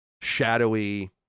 shadowy